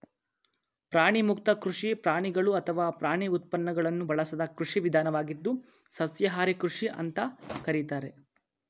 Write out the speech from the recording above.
ಪ್ರಾಣಿಮುಕ್ತ ಕೃಷಿ ಪ್ರಾಣಿಗಳು ಅಥವಾ ಪ್ರಾಣಿ ಉತ್ಪನ್ನಗಳನ್ನು ಬಳಸದ ಕೃಷಿ ವಿಧಾನವಾಗಿದ್ದು ಸಸ್ಯಾಹಾರಿ ಕೃಷಿ ಅಂತ ಕರೀತಾರೆ